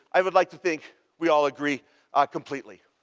i would like to think we all agree completely.